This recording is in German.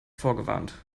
vorgewarnt